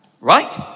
right